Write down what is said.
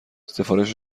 سفارش